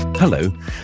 Hello